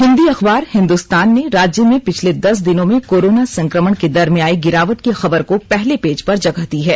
हिन्दी अखबार हिंदुस्तान ने राज्य में पिछले दस दिनों में कोरोना संक्रमण की दर में आई गिरावट की खबर को पहले पेज पर जेगह दी है